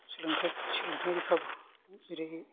सोलोंथाय सोलोंथायनि खाबु जेरै